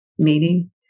meaning